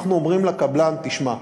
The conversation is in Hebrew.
אנחנו אומרים לקבלן: תשמע,